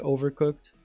Overcooked